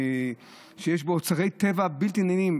שיש בו אוצרות בלתי נדלים,